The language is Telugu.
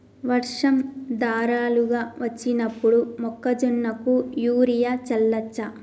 వర్షం ధారలుగా వచ్చినప్పుడు మొక్కజొన్న కు యూరియా చల్లచ్చా?